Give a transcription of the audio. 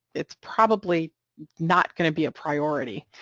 it's probably not going to be a priority,